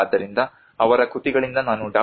ಆದ್ದರಿಂದ ಅವರ ಕೃತಿಗಳಿಂದ ನಾನು ಡಾ